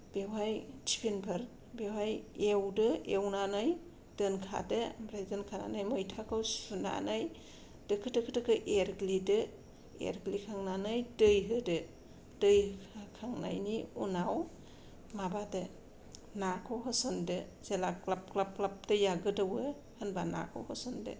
बेवहाय तिफिनफोर बेवहाय एवदो एवनानै दोनखादो ओमफ्राय दोनखानानै मैथाखौ सुनानै दोखो दोखो दोखो एरग्लिदो एरग्लिखांनानै दै होदो दै होखांनायनि उनाव माबादो नाखौ होसनदो जेला ग्लाब ग्लाब ग्लाब दैया गोदौओ होनबा नाखौ होसनदो